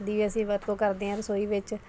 ਦੀ ਅਸੀਂ ਵਰਤੋਂ ਕਰਦੇ ਹਾਂ ਰਸੋਈ ਵਿੱਚ